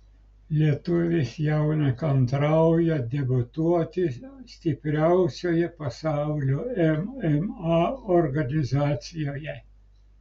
lietuvis jau nekantrauja debiutuoti stipriausioje pasaulio mma organizacijoje